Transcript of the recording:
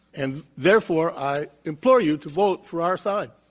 and therefore, i implore you to vote for our side.